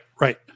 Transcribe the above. right